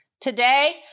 Today